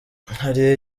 hari